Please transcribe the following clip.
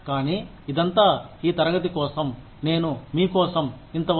కానీ ఇదంతా ఈ తరగతి కోసం నేను మీ కోసం ఇంతవరకు